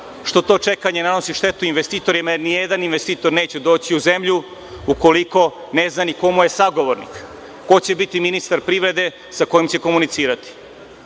što to čekanje nanosi štetu investitorima, jer nijedan investitor neće doći u zemlju ukoliko ne zna ni ko mu je sagovornik, ko će biti ministar privrede sa kojim će komunicirati.